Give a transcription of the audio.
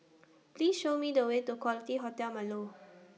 Please Show Me The Way to Quality Hotel Marlow